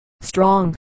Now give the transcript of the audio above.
Strong